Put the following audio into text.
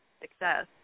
success